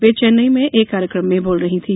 वे चैन्नई में एक कार्यक्रम में बोल रही थी